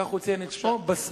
כך הוא ציין את שמו, בס"ד.